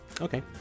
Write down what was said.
Okay